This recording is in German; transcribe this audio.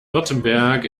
württemberg